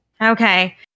Okay